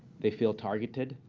they feel targeted.